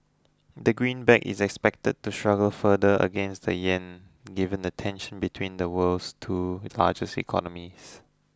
the greenback is expected to struggle further against the yen given the tension between the world's two largest economies